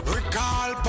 Recall